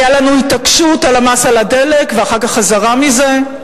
היה לנו התעקשות על המס על הדלק ואחר כך חזרה מזה,